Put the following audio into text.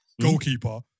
goalkeeper